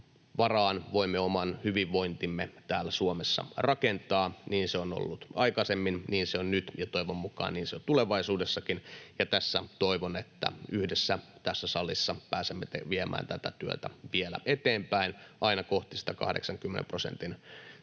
voimme oman hyvinvointimme täällä Suomessa rakentaa. Niin se on ollut aikaisemmin, niin se on nyt ja toivon mukaan niin se on tulevaisuudessakin, ja tässä toivon, että yhdessä tässä salissa pääsemme viemään tätä työtä vielä eteenpäin aina kohti sitä 80 prosentin